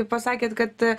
pasakėt kad